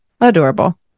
Adorable